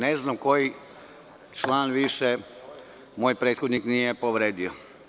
Ne znam koji član više moj prethodnik nije povredio.